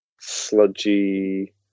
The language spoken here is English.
sludgy